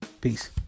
Peace